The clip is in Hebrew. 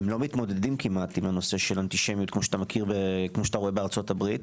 הם לא מתמודדים כמעט עם הנושא של אנטישמיות כמו שאתה רואה בארצות הברית.